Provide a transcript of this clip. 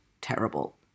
terrible